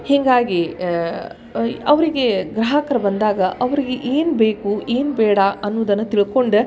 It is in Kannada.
ಹೀಗಾಗಿ ಅವರಿಗೆ ಗ್ರಾಹಕ್ರು ಬಂದಾಗ ಅವ್ರಿಗೆ ಏನು ಬೇಕು ಏನು ಬೇಡ ಅನ್ನೋದನ್ನು ತಿಳ್ಕೊಂಡು